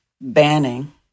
banning